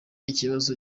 ikibazo